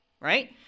right